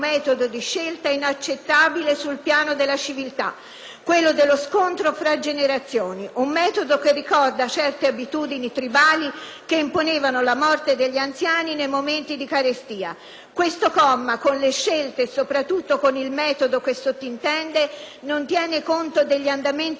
quello dello scontro fra generazioni. È un metodo che ricorda certe abitudini tribali che imponevano la morte degli anziani nei momenti di carestia. Questo comma, con le scelte e soprattutto con il metodo che sottintende, non tiene conto degli andamenti demografici, delle loro conseguenze e della necessità di